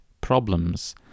problems